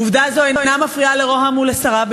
עובדה זו אינה מפריעה לראש הממשלה ולשריו,